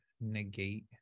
negate